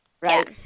right